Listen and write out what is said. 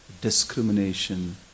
discrimination